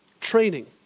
training